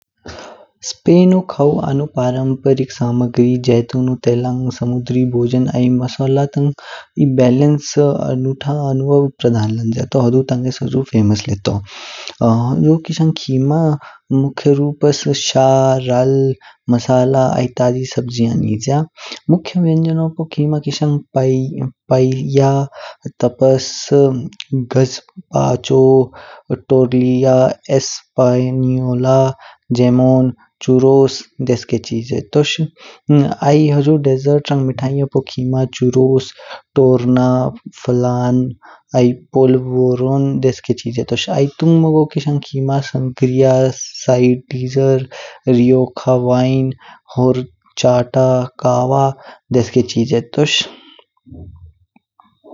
स्पानु खाओ आंणु परंपरिक जातुनू तेला्ंग, समुद्रि भोजाण आई मसाला तांग एह्ह मसाला तांग एई ब्लैन्स उनुथा अनुभव प्रधान लांज्या तो हुडू तांगेस्स हुजु फेमस ले तो। हुझु किशांग खिमा मुख्य रूपस शा, राल आई ताजी सब्जियाईं निज्या। मुख्य व्यंजनो पू खिमा किशांग पैई पैलिया, तप्स, गास्पाचो, तोद्रिया, स पनिलयोला, जेमों, चोरोस देशके चीजे तोश। आई हुझु डेजर्ट रंङ मिठगाईओ पू खिमा चुरोस्स, तुरमा, फलों, वूर। वोरं देशके चीजे तोश। आई तुंगमगू किशांग खिमा स्ट्रिया, सिटिज्ज़, रिओखा वाइन, होर चाटा कवा देशके चीजे तोश।